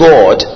God